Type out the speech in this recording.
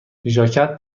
ژاکت